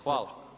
Hvala.